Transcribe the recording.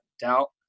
doubt